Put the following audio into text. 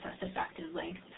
effectively